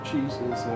Jesus